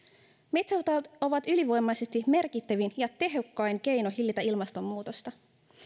metsät ovat ovat ylivoimaisesti merkittävin ja tehokkain keino hillitä ilmastonmuutosta